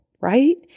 right